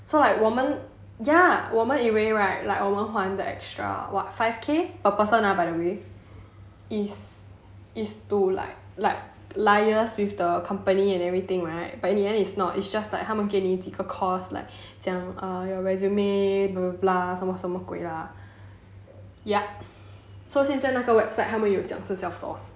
so like 我们 ya 我们以为 right like 我们还 the extra what five K per person ah by the way it's it's to like like liaise with the company and everything right but in the end is not it's just like 他们给你几个 course like 讲 err your resume blah blah blah 什么什么鬼 lah ya so 现在那个 website 他们有讲是 self source